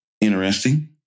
interesting